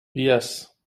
yes